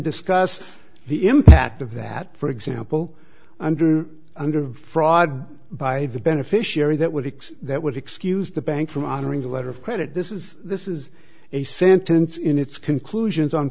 discussed the impact of that for example under under fraud by the beneficiary that would that would excuse the bank from honoring the letter of credit this is this is a sentence in its conclusions on